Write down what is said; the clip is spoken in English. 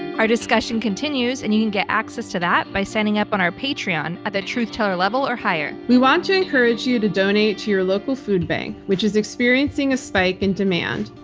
our discussion continues and you can get access to that by signing up on our patreon at the truth teller level or higher. we want to encourage you to donate to your local food bank, which is experiencing a spike in demand.